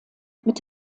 mit